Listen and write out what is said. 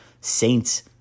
Saints